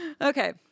okay